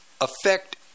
affect